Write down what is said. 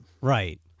Right